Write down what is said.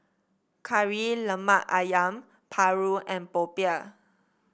Kari Lemak ayam paru and popiah